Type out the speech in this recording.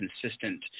consistent